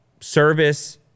service